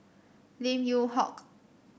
Lim Yew Hock